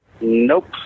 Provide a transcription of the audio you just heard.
Nope